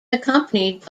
accompanied